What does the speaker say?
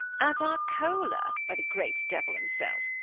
at arcola, by the great devil himself!